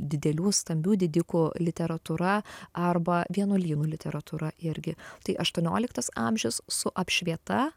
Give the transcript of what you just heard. didelių stambių didikų literatūra arba vienuolynų literatūra irgi tai aštuonioliktas amžius su apšvieta